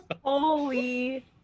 Holy